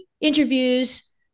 interviews